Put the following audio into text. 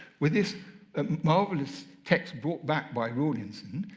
with this marvellous text brought back by rawlinson,